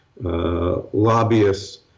lobbyists